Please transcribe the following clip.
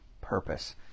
purpose